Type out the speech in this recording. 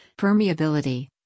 permeability